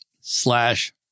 slash